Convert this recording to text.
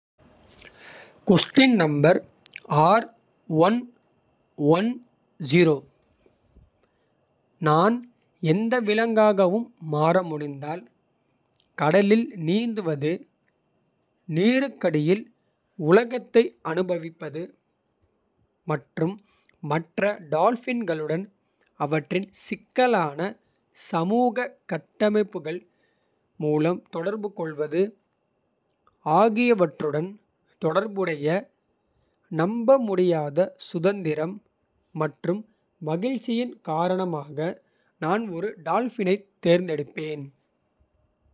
நான் எந்த விலங்காகவும் மாற முடிந்தால் கடலில் நீந்துவது. நீருக்கடியில் உலகத்தை அனுபவிப்பது மற்றும். மற்ற டால்பின்களுடன் அவற்றின் சிக்கலான சமூக. கட்டமைப்புகள் மூலம் தொடர்புகொள்வது ஆகியவற்றுடன். தொடர்புடைய நம்பமுடியாத சுதந்திரம் மற்றும் மகிழ்ச்சியின். காரணமாக நான் ஒரு டால்பினைத் தேர்ந்தெடுப்பேன்.